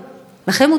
לכם מותר הכול.